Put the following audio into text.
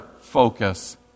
focus